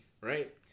right